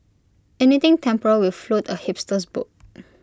anything temporal will float A hipster's boat